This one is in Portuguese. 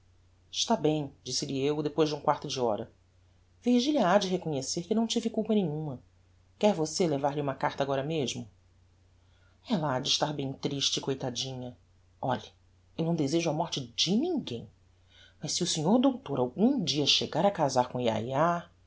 está bem disse-lhe eu depois de um quarto de hora virgilia hade reconhecer que não tive culpa nenhuma quer você levar-lhe uma carta agora mesmo ella hade estar bem triste coitadinha olhe eu não desejo a morte de ninguem mas se o senhor doutor algum dia chegar a casar com